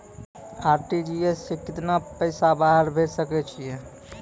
RTGS सअ कतबा पाय बाहर भेज सकैत छी?